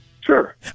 Sure